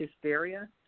hysteria